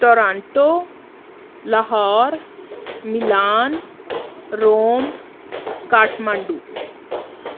Toronto Lahore Milan Rome Kathmandu